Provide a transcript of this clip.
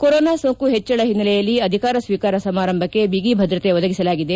corona ಸೋಂಕು ಪೆಚ್ಚಳ ಓನ್ನೆಲೆಯಲ್ಲಿ ಅಧಿಕಾರ ಸ್ವೀಕಾರ ಸಮಾರಂಭಕ್ಕೆ ಬಿಗಿ ಭದ್ರತೆ ಒದಗಿಸಲಾಗಿದೆ